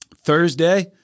Thursday